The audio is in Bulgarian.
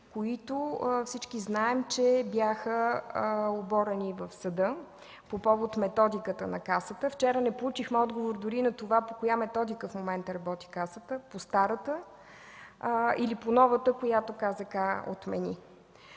които всички знаем, че бяха оборени в съда по повод методиката на Касата. Вчера не получихме отговор дори на това по коя методика в момента работи Касата – по старата или по новата, която КЗК отмени.